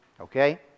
okay